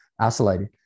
isolated